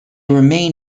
remain